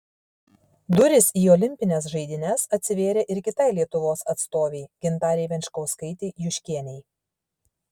durys į olimpines žaidynes atsivėrė ir kitai lietuvos atstovei gintarei venčkauskaitei juškienei